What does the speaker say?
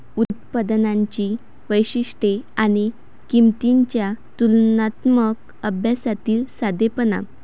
उत्पादनांची वैशिष्ट्ये आणि किंमतींच्या तुलनात्मक अभ्यासातील साधेपणा